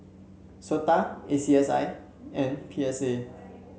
SOTA A C S I and P S A